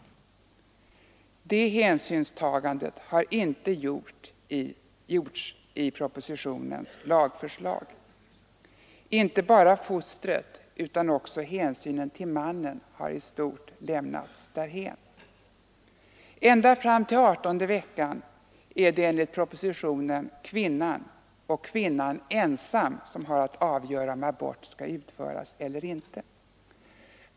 Det hänsynstagandet har inte gjorts i propositionens lagförslag. Inte bara fostret, utan även hänsynen till mannen, har i stort sett lämnats därhän. Ända fram till adertonde veckan är det enligt propositionen kvinnan — och kvinnan ensam — som har att avgöra, om abort skall utföras eller inte.